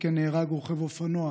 25 במאי, נהרגה אמנה אבו ואסל, בת 66,